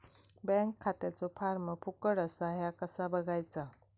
Bank खात्याचो form फुकट असा ह्या कसा बगायचा?